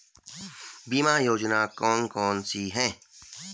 बीमा योजना कौन कौनसी हैं?